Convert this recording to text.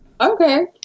okay